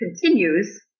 continues